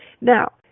Now